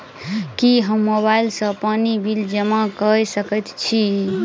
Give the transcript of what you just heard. की हम मोबाइल सँ पानि बिल जमा कऽ सकैत छी?